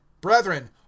brethren